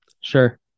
Sure